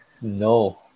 No